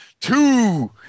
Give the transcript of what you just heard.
two